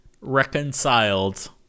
reconciled